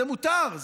זה מותר.